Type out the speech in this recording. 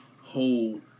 hold